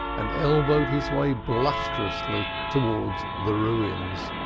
and elbowed his way blusterously towards the ruins,